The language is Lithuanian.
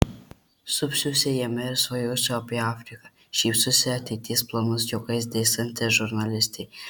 supsiuosi jame ir svajosiu apie afriką šypsosi ateities planus juokais dėstanti žurnalistė